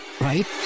right